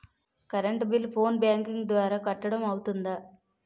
Current bill phone banking ద్వారా కట్టడం అవ్తుందా?